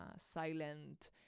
silent